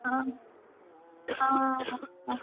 ஆங் ஆ ஆ